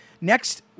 Next